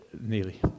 nearly